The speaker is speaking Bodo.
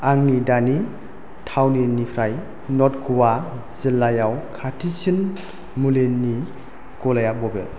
आंनि दानि थावनिनिफ्राय नर्थ ग'वा जिल्लायाव खाथिसिन मुलिनि गलाया बबे